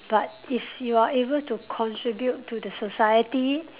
but if you are able to contribute to the society